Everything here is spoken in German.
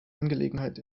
angelegenheit